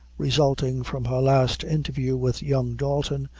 resulting from her last interview with young dalton,